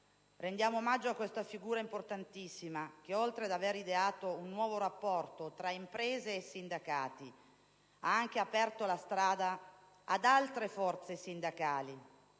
Rendiamo omaggio a questa figura importantissima che, oltre ad avere ideato un nuovo rapporto tra imprese e sindacati, ha anche aperto la strada ad altre forze sindacali,